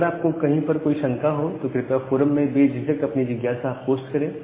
अगर आपको कहीं पर कोई शंका हो तो कृपया फोरम में बेझिझक अपनी जिज्ञासा आप पोस्ट करें